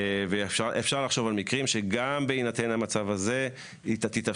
ואפשר לחשוב על מקרים שגם בהינתן המצב הזה תתאפשר